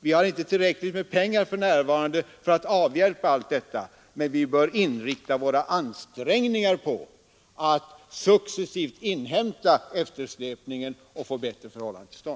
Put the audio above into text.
Vi har inte tillräckligt med pengar för närvarande för att avhjälpa allt detta, men vi bör inrikta våra ansträngningar på att successivt inhämta eftersläpningen och få bättre förhållanden till stånd.